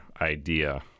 idea